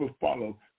follow